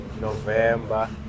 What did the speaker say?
November